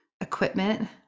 equipment